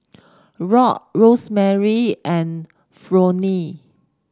Rock Rosemarie and Fronnie